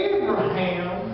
Abraham